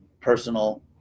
personal